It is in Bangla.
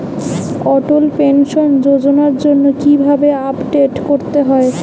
অটল পেনশন যোজনার জন্য কি ভাবে আবেদন করতে হয়?